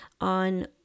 on